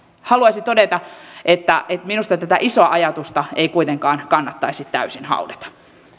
että minusta tätä isoa ajatusta ei kuitenkaan kannattaisi täysin haudata